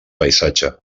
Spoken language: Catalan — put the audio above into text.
paisatge